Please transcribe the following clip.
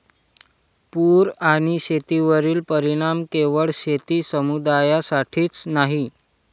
पूर आणि शेतीवरील परिणाम केवळ शेती समुदायासाठीच नाही